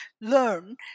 learn